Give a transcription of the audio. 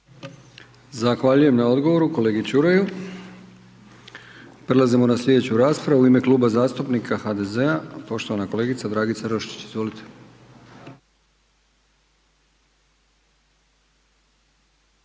Zahvaljujem na odgovoru kolegi Čuraju. Prelazimo na slijedeću raspravu u ime Kluba zastupnika HDZ-a poštovana kolegica Dragica Roščić, izvolite.